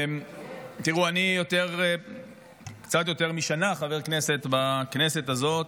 תראו, אני קצת יותר משנה חבר כנסת בכנסת הזאת.